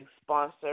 sponsor